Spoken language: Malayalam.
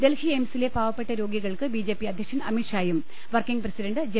ഡൽഹി എയിംസിലെ പാവപ്പെട്ട രോഗികൾക്ക് ബിജെപി അധ്യക്ഷൻ അമീത്ഷായും വർക്കിങ്ങ് പ്രസിഡന്റ് ജെ